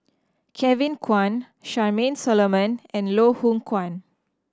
Kevin Kwan Charmaine Solomon and Loh Hoong Kwan